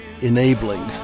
enabling